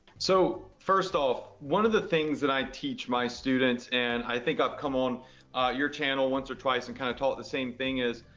so first off, one of the things that i teach my students, and i think i've come on your channel once or twice and kind of taught the same thing is,